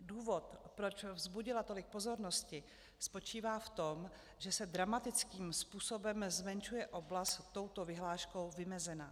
Důvod, proč vzbudila tolik pozornosti, spočívá v tom, že se dramatickým způsobem zmenšuje oblast touto vyhláškou vymezená.